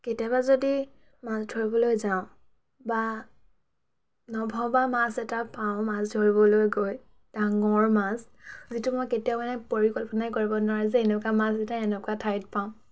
কেতিয়াবা যদি মাছ ধৰিবলৈ যাওঁ বা নভবা মাছ এটা পাওঁ মাছ ধৰিবলৈ গৈ ডাঙৰ মাছ যিটো মই কেতিয়াও মানে পৰিকল্পনাই কৰিব নোৱাৰোঁ যে এনেকুৱা মাছ যেতিয়া এনেকুৱা ঠাইত পাম